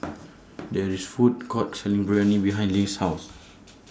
There IS A Food Court Selling Biryani behind Lane's House